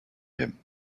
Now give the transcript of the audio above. him